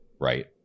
right